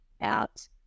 out